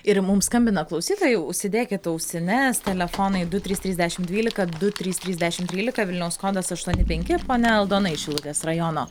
ir mums skambina klausytojai užsidėkit ausines telefonai du trys trys dešimt dvylika du trys trys dešimt trylika vilniaus kodas aštuoni penki ponia aldona iš šilutės rajono